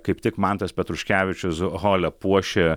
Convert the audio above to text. kaip tik mantas petruškevičius hole puošė